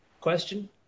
Question